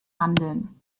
handeln